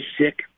sick